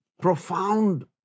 profound